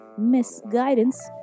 misguidance